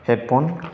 headphone